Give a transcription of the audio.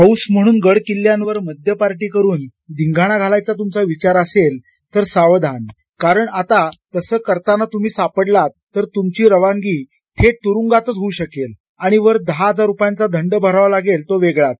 हौस म्हणून गड किल्ल्यांवर दारू पार्टी करून धिंगाणा घालायचा तुमचा विचार असेल तर सावधान कारण आता तसं करताना तुम्ही सापडलात तर तुमची रवानगी थेट तुरूंगात होऊ शकेल आणि वर दहा हजार रुपयाचा दड भरावा लागेल तो वेगळाच